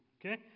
Okay